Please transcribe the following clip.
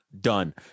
done